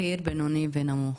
בכיר, בינוני ונמוך?